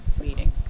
meeting